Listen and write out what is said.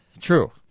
True